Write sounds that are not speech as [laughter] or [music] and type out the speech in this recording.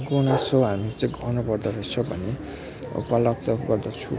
[unintelligible] हामी चाहिँ गर्नुपर्दो रहेछ भन्ने उपलक्ष्य गर्दछु